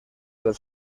del